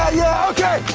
ah yeah, okay,